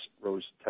rose